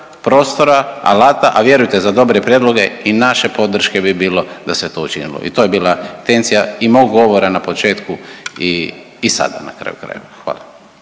prostora, alata, al vjerujte za dobre prijedloge i naše podrške bi bilo da se to učinilo i to je bila intencija i mog govora na početku i, i sada na kraju krajeva, hvala.